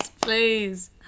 please